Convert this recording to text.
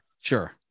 Sure